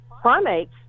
primates